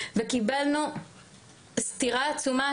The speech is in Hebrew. וקיבלנו סתירה עצומה